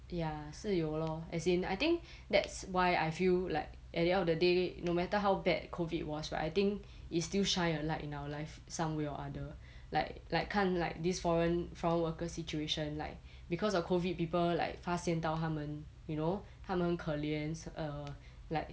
ya 是有 lor as in I think that's why I feel like at the end of the day no matter how bad COVID was right I think it still shine a light in our life some way or other like like 看 like this foreign foreign worker situation like because of COVID people like 发现到他们 you know 他们可怜 err like